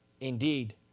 Indeed